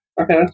Okay